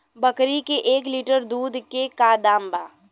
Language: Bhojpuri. बकरी के एक लीटर दूध के का दाम बा?